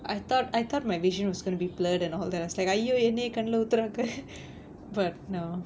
I thought I thought my vision was gonna be blur and all that I was like !aiyo! எண்ணய கண்ணுல ஊத்துறாங்க:ennaya kannula oothuraanga but no